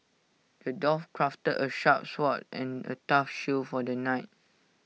the dwarf crafted A sharp sword and A tough shield for the knight